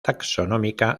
taxonómica